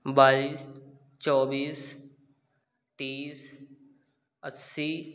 बाईस चौबीस तीस अस्सी